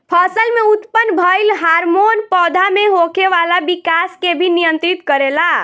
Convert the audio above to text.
फसल में उत्पन्न भइल हार्मोन पौधा में होखे वाला विकाश के भी नियंत्रित करेला